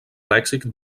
lèxic